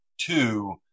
two